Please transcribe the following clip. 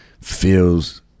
feels